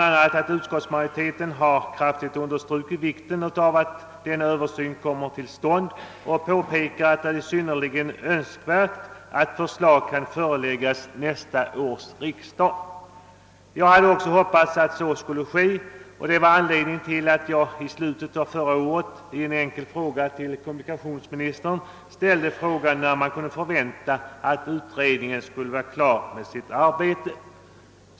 följande: »Utskottsmajoriteten har kraftigt understrukit vikten av att denna översyn kommer till stånd och påpekat att det är synnerligen önskvärt att förslag kan föreläggas nästa års riksdag.» Jag hade hoppats att så skulle bli fallet, och det var anledningen till att jag i slutet av fjolåret i en enkel fråga till kommunikationsministern undrade när man kunde förvänta att utredningen skulle vara klar med sitt arbete.